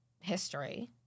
history